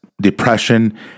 depression